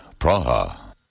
Praha